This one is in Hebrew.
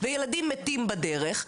וילדים מתים בדרך,